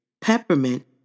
peppermint